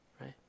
right